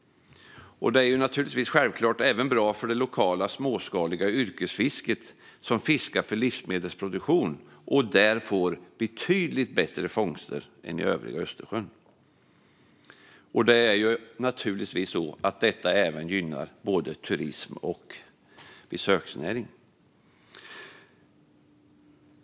Det är självklart även bra för det lokala småskaliga yrkesfisket som fiskar för livsmedelsproduktion i dessa vatten och får betydligt bättre fångster där än i övriga Östersjön. Det gynnar även turismen och besöksnäringen.